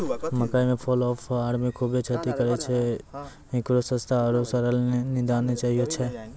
मकई मे fall of army खूबे क्षति करेय छैय, इकरो सस्ता आरु सरल निदान चाहियो छैय?